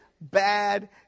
Bad